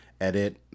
edit